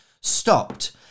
stopped